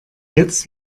jetzt